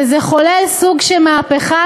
וזה חולל סוג של מהפכה,